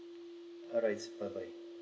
alright bye bye